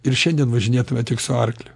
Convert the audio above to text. ir šiandien važinėtume tik su arkliu